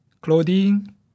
clothing